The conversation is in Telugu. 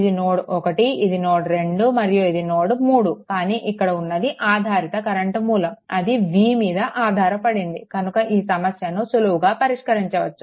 ఇది నోడ్1 ఇది నోడ్2 మరియు ఇది నోడ్3 కానీ ఇక్కడ ఉన్నది ఆధారిత కరెంట్ మూలం అది v మీద ఆధారపడింది కనుక ఈ సమస్యను సులువుగా పరిష్కరించవచ్చు